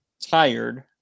tired